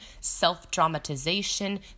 self-dramatization